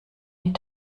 die